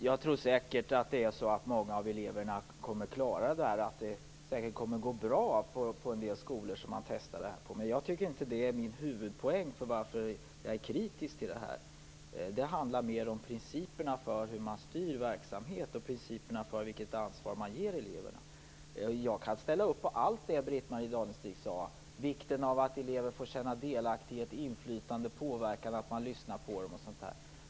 Herr talman! Jag tror säkert att många elever kommer att klara detta. Det här testet kommer att gå bra på en del skolor. Men detta är inte min huvudpoäng till varför jag är kritisk. Det handlar mer om principerna för hur man styr verksamhet och för vilket ansvar som ges eleverna. Jag kan ställa upp på allt det Britt-Marie Danestig Olofsson sade, dvs. vikten av att elever får känna delaktighet, inflytande, påverkan, att man lyssnar på dem osv.